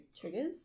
triggers